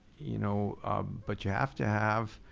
you know but you have to have